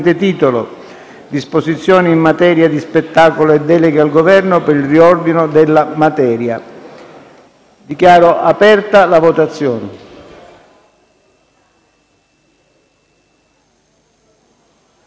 titolo: «Disposizioni in materia di spettacolo e deleghe al Governo per il riordino della materia». *(Segue la votazione).*